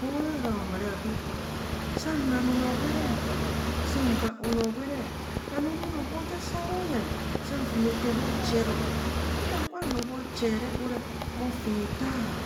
Gwo haharaa amere aakwum saa naa anoo gwerr. saa vaa anro gwere, anum na gwo ja saa mo yeng saa nfumeto bho chee ro ntaa kwa noo bho chee re ora bhoti etaa